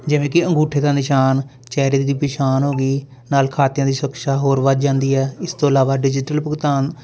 ਜਿਵੇਂ ਕਿ ਅੰਗੂਠੇ ਦਾ ਨਿਸ਼ਾਨ ਚਿਹਰੇ ਦੀ ਪਹਿਚਾਣ ਹੋ ਗਈ ਨਾਲ ਖਾਤਿਆਂ ਦੀ ਸੁਰੱਕਸ਼ਾ ਹੋਰ ਵੱਧ ਜਾਂਦੀ ਹੈ ਇਸ ਤੋਂ ਇਲਾਵਾ ਡਿਜੀਟਲ ਭੁਗਤਾਨ